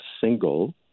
single